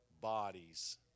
bodies